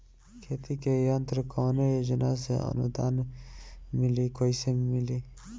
खेती के यंत्र कवने योजना से अनुदान मिली कैसे मिली?